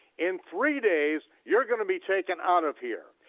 in three days, you're gonna be taken out of here,